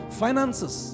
finances